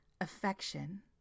affection